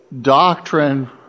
doctrine